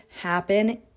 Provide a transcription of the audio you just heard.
happen